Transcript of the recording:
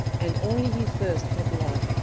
and only he thirsted for blood,